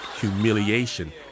humiliation